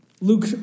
Luke